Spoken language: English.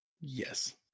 Yes